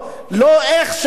למדינה שלנו.